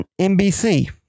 NBC